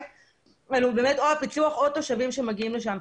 היו או הפיצו"ח או התושבים שהגיעו לשם.